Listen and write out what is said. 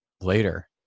later